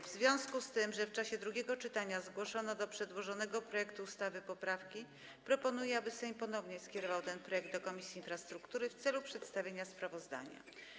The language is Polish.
W związku z tym, że w czasie drugiego czytania zgłoszono do przedłożonego projektu ustawy poprawki, proponuję, aby Sejm ponownie skierował ten projekt do Komisji Infrastruktury w celu przedstawienia sprawozdania.